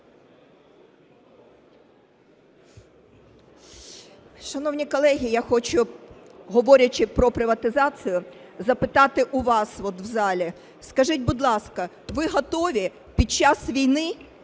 Шановні колеги, я хочу, говорячи про приватизацію, запитати у вас в залі. Скажіть, будь ласка, ви готові під час війни,